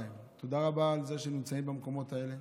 תודה רבה שהם נמצאים במקומות האלה,